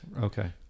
okay